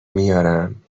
میارم